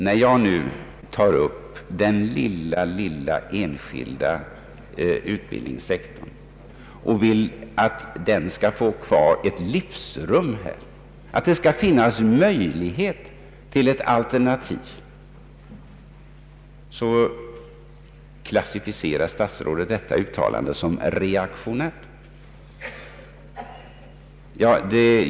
När jag nu tar upp den lilla enskilda utbildningssektorn och vill att den skall få ett livsrum inom vårt utbildningsväsende — att det skall finnas möjlighet till ett alternativ — klassificerar statsrådet mitt uttalande som reaktionärt.